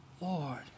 Lord